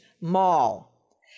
mall